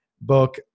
book